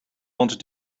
wanted